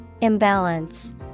Imbalance